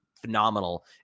phenomenal